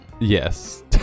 Yes